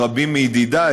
"רבים מידידי"?